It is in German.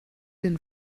den